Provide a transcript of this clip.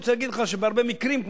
בהרבה מקרים,